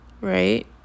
right